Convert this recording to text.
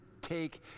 take